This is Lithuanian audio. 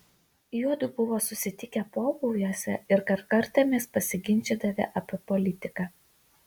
juodu buvo susitikę pobūviuose ir kartkartėmis pasiginčydavę apie politiką